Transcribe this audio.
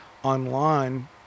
online